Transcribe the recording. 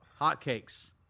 hotcakes